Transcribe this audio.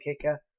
kicker